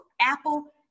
Apple